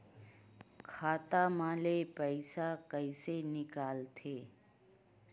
खाता मा ले पईसा कइसे निकल थे?